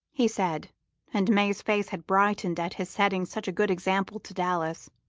he said and may's face had brightened at his setting such a good example to dallas.